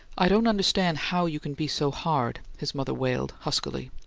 i don't understand how you can be so hard, his mother wailed, huskily.